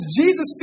Jesus